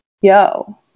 Yo